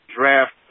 draft